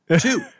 two